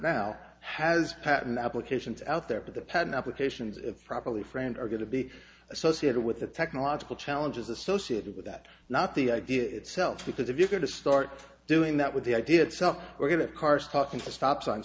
now has patent applications out there but the patent applications if properly friend are going to be associated with the technological challenges associated with that not the idea itself because if you're going to start doing that with the idea itself we're going to cars talking to stop signs